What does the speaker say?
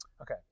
Okay